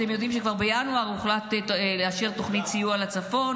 אתם יודעים שכבר בינואר הוחלט לאשר תוכנית סיוע לצפון,